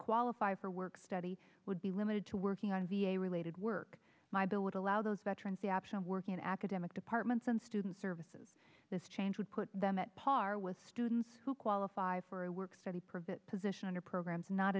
qualify for work study would be limited to working on v a related work my bill would allow those veterans the option of working in academic departments and student services this change would put them at par with students who qualify for a work study privet position under programs not